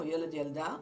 הילד והילדה,